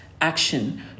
action